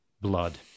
blood